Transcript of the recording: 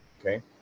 okay